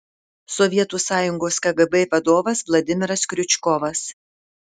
sovietų sąjungos kgb vadovas vladimiras kriučkovas